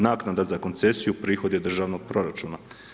Naknada za koncesiju prihod je državnog proračuna.